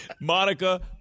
Monica